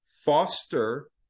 foster